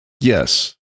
yes